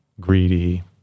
greedy